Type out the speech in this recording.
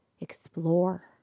explore